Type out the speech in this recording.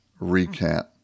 recap